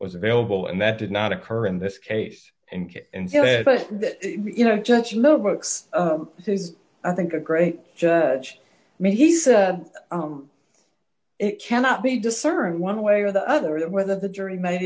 was available and that did not occur in this case and said you know judge no but i think a great judge may he said it cannot be discerned one way or the other whether the jury made